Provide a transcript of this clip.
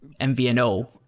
MVNO